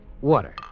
Water